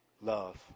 love